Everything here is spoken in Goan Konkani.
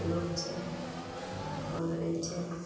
लोणचें बांगड्यांचे